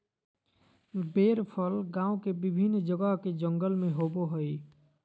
बेर फल गांव के विभिन्न जगह के जंगल में होबो हइ